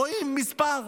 רואים מספר,